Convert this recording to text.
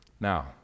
Now